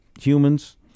humans